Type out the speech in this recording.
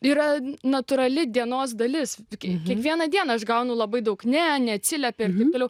yra natūrali dienos dalis taigi kiekvieną dieną aš gaunu labai daug ne neatsiliepė ir taip toliau